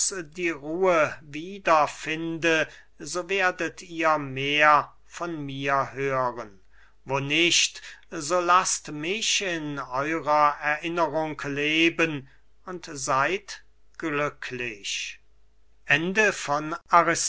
die ruhe wieder finde so werdet ihr mehr von mir hören wo nicht so laßt mich in eurer erinnerung leben und seyd glücklich